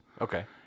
Okay